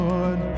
Lord